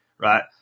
right